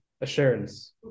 assurance